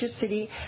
City